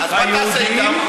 אז מה תעשה איתם,